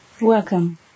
welcome